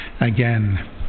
again